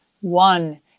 one